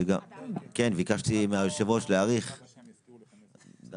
ביקשתי מהיושב ראש להאריך את הדיון.